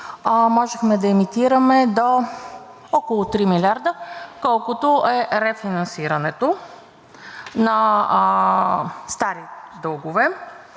можехме да емитираме до около 3 милиарда, колкото е рефинансирането на стари дългове,